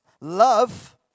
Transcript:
love